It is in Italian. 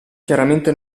chiaramente